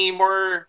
more